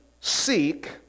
seek